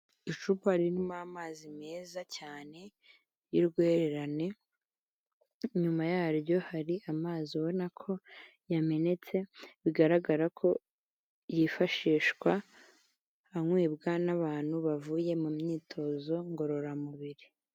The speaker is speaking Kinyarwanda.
Icupa ririmo amazi meza cyane y'urwererane, inyuma yaryo hari amazi ubona ko yamenetse, bigaragara ko yifashishwa anywebwa n'abantu bavuye mu myitozo ngororamubiri.